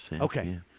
Okay